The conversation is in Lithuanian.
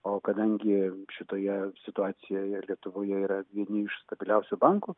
o kadangi šitoje situacijoje lietuvoje yra vieni iš stabiliausių bankų